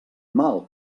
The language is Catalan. mal